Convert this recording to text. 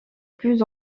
plus